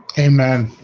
amen